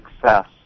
success